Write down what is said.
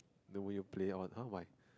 then when you play on [huh] why